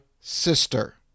sister